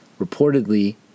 Reportedly